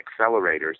accelerators